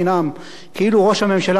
כאילו ראש הממשלה נוזף בנו,